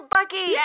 Bucky